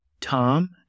tom